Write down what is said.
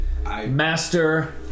Master